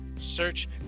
search